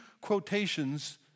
quotations